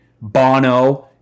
Bono